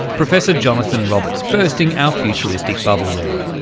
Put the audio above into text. professor jonathan roberts, bursting our futuristic bubble there.